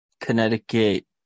Connecticut